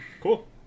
Cool